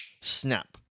snap